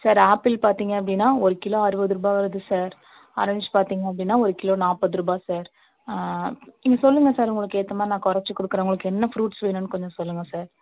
sir apple பார்த்திங்க அப்படின்னா ஒரு கிலோ அறுபது ரூபா வருது சார் ஆரஞ்சு பார்த்திங்க அப்படின்னா ஒரு கிலோ நாற்பது ரூபா சார் நீங்க சொல்லுங்க சார் உங்களுக்கு ஏற்றமாரி குறச்சி கொடுக்குறேன் உங்களுக்கு என்ன ஃப்ரூட்ஸ் வேணும்னு கொஞ்சம் சொல்லுங்க சார்